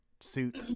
suit